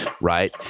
right